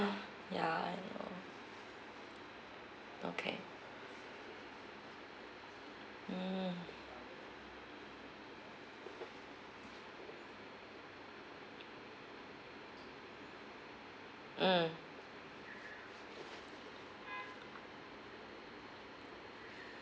ya I know okay mm mm